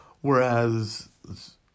Whereas